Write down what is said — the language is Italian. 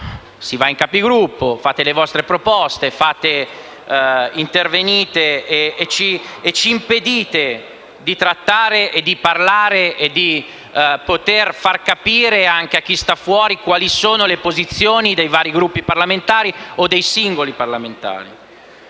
dei capigruppo, dove voi fate le vostre proposte, intervenite e ci impedite di trattare, parlare e far capire anche a chi sta fuori quali sono le posizioni dei vari Gruppi parlamentari e dei singoli parlamentari.